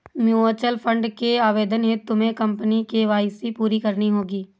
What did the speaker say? mutual fund के आवेदन हेतु तुम्हें अपनी के.वाई.सी पूरी करनी होगी